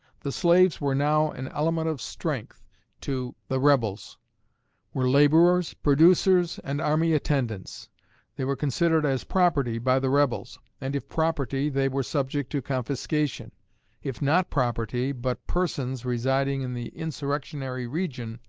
the slaves were now an element of strength to the rebels were laborers, producers, and army attendants they were considered as property by the rebels, and if property they were subject to confiscation if not property, but persons residing in the insurrectionary region,